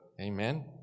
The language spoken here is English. Amen